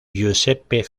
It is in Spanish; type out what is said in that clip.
giuseppe